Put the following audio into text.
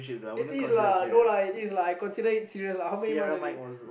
it is lah no lah it is I consider it serious lah how many months already